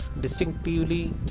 distinctively